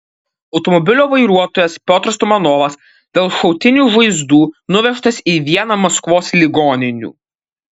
automobilio vairuotojas piotras tumanovas dėl šautinių žaizdų nuvežtas į vieną maskvos ligoninių